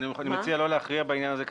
אני מציע לא להכריע בעניין הזה כרגע,